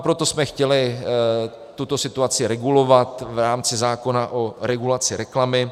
Proto jsme chtěli tuto situaci regulovat v rámci zákona o regulaci reklamy.